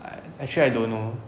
I actually I don't know